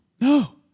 no